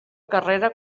carrera